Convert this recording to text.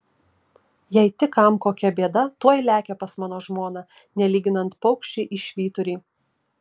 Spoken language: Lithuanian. jei tik kam kokia bėda tuoj lekia pas mano žmoną nelyginant paukščiai į švyturį